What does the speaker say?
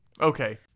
Okay